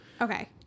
Okay